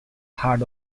hard